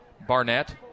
Barnett